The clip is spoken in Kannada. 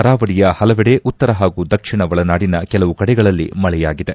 ಕರಾವಳಿಯ ಹಲವೆಡೆ ಉತ್ತರ ಪಾಗೂ ದಕ್ಷಿಣ ಒಳನಾಡಿನ ಕೆಲವು ಕಡೆಗಳಲ್ಲಿ ಮಳೆಯಾಗಿದೆ